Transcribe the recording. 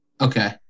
Okay